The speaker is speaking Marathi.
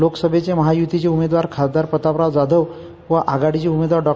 लोकसभेचे महाय्तीचे उमेदवार खासदार प्रतापराव जाधव व आघाडीचे उमेदवार डॉ